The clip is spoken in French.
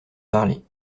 parlé